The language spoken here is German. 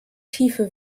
tiefe